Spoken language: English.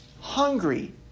Hungry